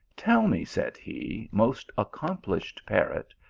teil me, said he, most accomplished parrot,